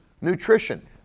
nutrition